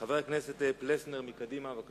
חבר הכנסת יוחנן פלסנר מקדימה, בבקשה.